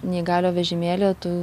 neįgaliojo vežimėlyje tu